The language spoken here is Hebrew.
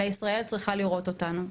אלא ישראל צריכה לראות אותנו.